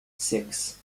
six